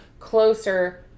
closer